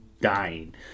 dying